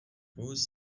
vůz